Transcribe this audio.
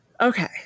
Okay